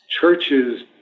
Churches